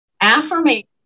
affirmation